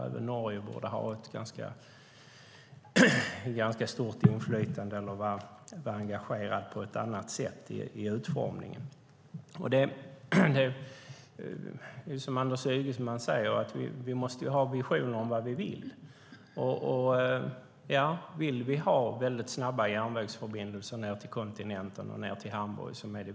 Även Norge borde ha ett stort inflytande och vara engagerat i utformningen. Precis som Anders Ygeman säger måste vi ha visioner om vad vi vill. Vill vi ha snabba järnvägsförbindelser till kontinenten och Hamburg?